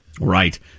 Right